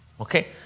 Okay